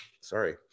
sorry